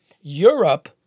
Europe